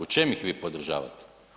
U čemu ih vi podržavate?